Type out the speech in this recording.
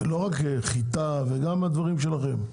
לא רק חיטה, גם הדברים שלכם.